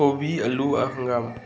ꯀꯣꯕꯤ ꯑꯥꯜꯂꯨ ꯍꯪꯒꯥꯝ